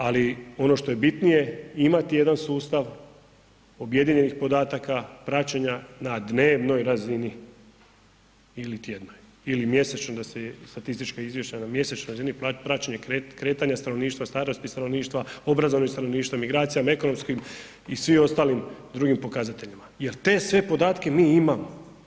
Ali ono što je bitnije imati jedan sustav objedinjenih podataka praćenja na dnevnoj razini ili tjednoj ili mjesečno da se statistička izvješća na mjesečnoj razini praćenja kretanja stanovništva, starosti stanovništva, obrazovanosti stanovništava, migracija, ekonomskim i svim ostalim drugim pokazateljima jel te sve podatke mi imamo.